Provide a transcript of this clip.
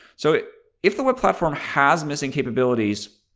so if the web platform has missing capabilities,